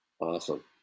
Awesome